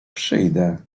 przyjdę